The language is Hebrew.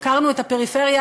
הפקרנו את הפריפריה?